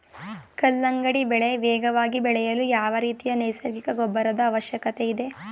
ಕಲ್ಲಂಗಡಿ ಬೆಳೆ ವೇಗವಾಗಿ ಬೆಳೆಯಲು ಯಾವ ರೀತಿಯ ನೈಸರ್ಗಿಕ ಗೊಬ್ಬರದ ಅವಶ್ಯಕತೆ ಇದೆ?